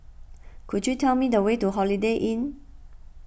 could you tell me the way to Holiday Inn